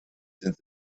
since